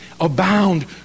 abound